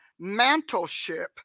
mantleship